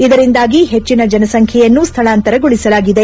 ಇದರಿಂದಾಗಿ ಹೆಚ್ಚಿನ ಜನಸಂಖ್ಯೆಯನ್ನು ಸ್ವಳಾಂತರಗೊಳಿಸಲಾಗಿದೆ